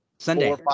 Sunday